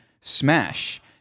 smash